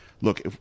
Look